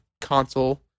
console